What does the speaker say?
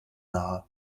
nahe